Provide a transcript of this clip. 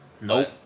Nope